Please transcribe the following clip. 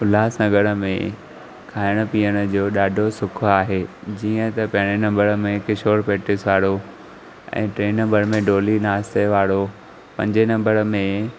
उल्हासनगर में खाइण पीअण जो ॾाढो सुखु आहे जीअं त पहिरें नंबर में किशोर पैटिस वारो ऐं टे नंबर में डोली नाश्ते वारो पंज नंबर में